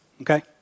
Okay